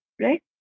right